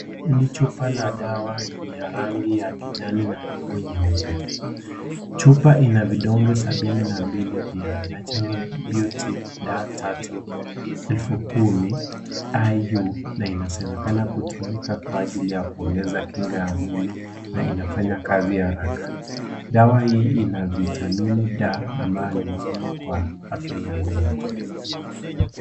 Hili chupa la dawa ni la rangi ya kijani na lebo nyeupe, chupa ina vidonge sabini na mbili vya (cs)natural beauty, D3, ifukuni, IU(cs), na inasmekana kutumika kwa ajili ya kuongeza kinga ya mwili, na inafanya kazi haraka, dawa hii ina vitamini D, ambayo ni muhimu kwa afya ya mwili.